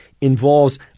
involves